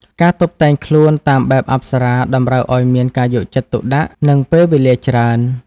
ការតុបតែងខ្លួនតាមបែបអប្សរា តម្រូវឱ្យមានការយកចិត្តទុកដាក់ និងពេលវេលាច្រើន។